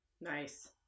Nice